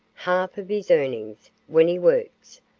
half of his earnings, when he works,